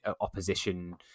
opposition